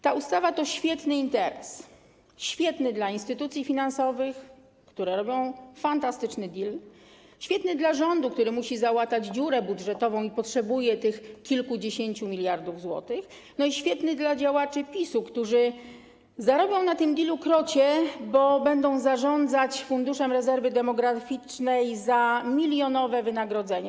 Ta ustawa to świetny interes - świetny dla instytucji finansowych, które robią fantastyczny deal, świetny dla rządu, który musi załatać dziurę budżetową i potrzebuje tych kilkudziesięciu miliardów złotych, no i świetny dla działaczy PiS-u, którzy zarobią na tym dealu krocie, bo będą zarządzać Funduszem Rezerwy Demograficznej za milionowe wynagrodzenie.